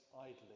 idly